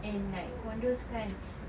and like condos kan